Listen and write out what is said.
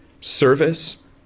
service